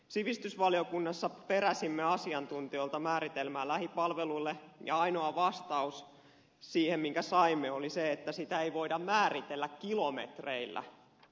sivistysvaliokunnassa peräsimme asiantuntijoilta määritelmää lähipalveluille ja ainoa vastaus minkä siihen saimme oli se että sitä ei voida määritellä kilometreillä